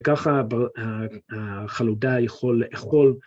‫וככה החלודה יכול לאכול